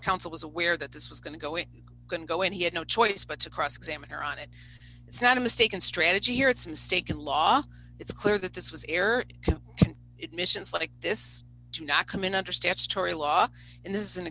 counsel was aware that this was going to go it can go and he had no choice but to cross examine her on it it's not a mistaken strategy here it's state law it's clear that this was error it missions like this do not come in under statutory law and this is an